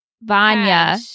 Vanya